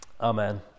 amen